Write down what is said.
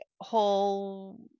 whole